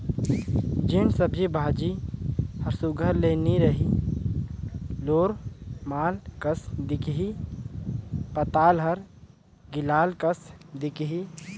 जेन सब्जी भाजी हर सुग्घर ले नी रही लोरमाल कस दिखही पताल हर गिलाल कस दिखही